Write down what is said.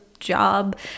job